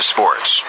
Sports